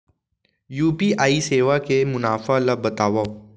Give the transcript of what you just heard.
UPI सेवा के मुनाफा ल बतावव?